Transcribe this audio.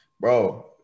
bro